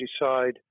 decide